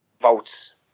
votes